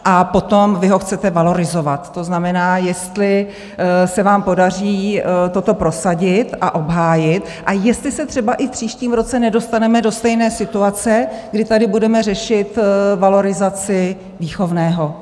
A potom vy ho chcete valorizovat, to znamená, jestli se vám podaří toto prosadit a obhájit a jestli se třeba i v příštím roce nedostaneme do stejné situace, kdy tady budeme řešit valorizaci výchovného?